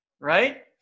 Right